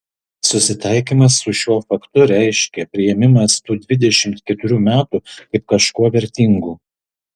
susitaikymas su šiuo faktu reiškia priėmimas tų dvidešimt keturių metų kaip kažkuo vertingų